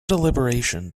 deliberation